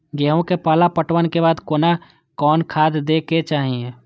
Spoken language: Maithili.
गेहूं के पहला पटवन के बाद कोन कौन खाद दे के चाहिए?